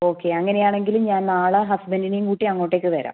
okay അങ്ങനെ ആണെങ്കിൽ ഞാൻ നാളെ ഹസ്ബൻ്റിനേയും കൂട്ടി അങ്ങോട്ടേക്ക് വരാം